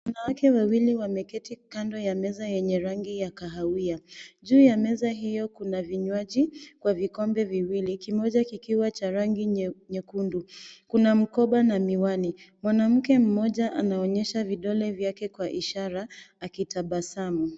Wanawake wawili wameketi kando ya meza yenye rangi ya kahawia. Juu ya meza hiyo kuna vinywaji kwa vikombe viwili, kimoja kikiwa cha rangi nyekundu, kuna mkoba na miwani. Mwanamke mmoja anaonyesha vidole vyake kwa ishara akitabasamu.